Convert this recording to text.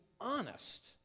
honest